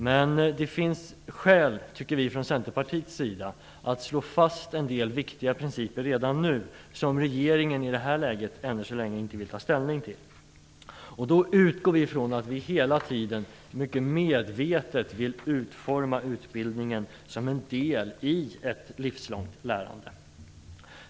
Men från Centerpartiets sida tycker vi att det finns skäl att slå fast en del viktiga principer, som regeringen i det här läget ännu så länge inte vill ta ställning till, redan nu. Vi utgår ifrån att vi hela tiden mycket medvetet vill utforma utbildningen som en del i ett livslångt lärande.